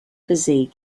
physique